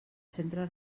centre